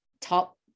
top